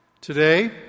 Today